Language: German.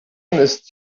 ist